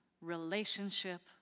Relationship